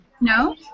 No